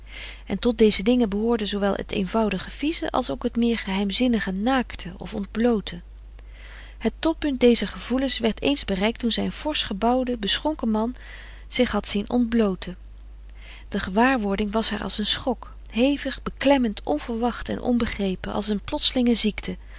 en tot deze dingen behoorden zoowel het eenvoudig vieze als ook het meer geheimzinnige naakte of ontbloote het toppunt dezer gevoelens werd eens bereikt toen zij een forsch gebouwde beschonken man zich had zien ontblooten de gewaarwording was haar als een schok hevig beklemmend onverwacht en onbegrepen als een plotselinge ziekte